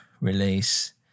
release